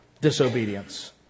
Disobedience